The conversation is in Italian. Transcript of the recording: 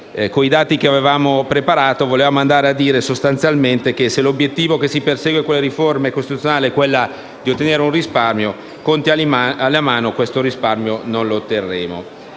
Con i dati che abbiamo preparato vogliamo sottolineare che, se l'obiettivo che si persegue con le riforme costituzionali è quello di ottenere un risparmio, conti alla mano, questo risparmio non lo otterremo.